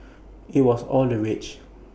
IT was all the rage